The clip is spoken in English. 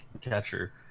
catcher